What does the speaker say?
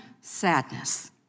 sadness